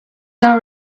our